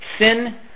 Sin